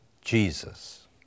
Jesus